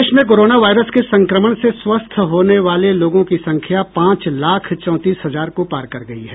देश में corona virus के संक्रमण से स्वस्थ होने वाले लोगों की संख्या पांच लाख चौंतीस हजार को पार कर गई है